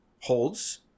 holds